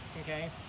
Okay